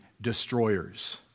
destroyers